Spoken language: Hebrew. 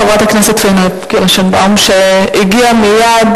חברת הכנסת פניה קירשנבאום שהגיעה מייד